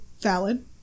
valid